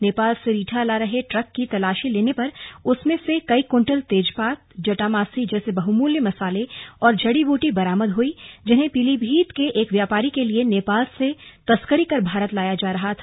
नेपाल से रीठा ला रहे ट्रक की तलाशी लेने पर उसमें से कई कुंतल तेजपात जटामासी जैसे बहुमूल्य मसाले और जड़ी बूटी बरामद हुईजिन्हें पीलीभीत के एक व्यापारी के लिए नेपाल से तस्करी कर भारत लाया जा रहा था